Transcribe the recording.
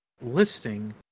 listing